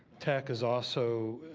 tech is also,